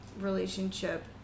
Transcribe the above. relationship